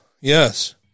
yes